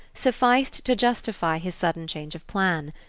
sufficed to justify his sudden change of plan.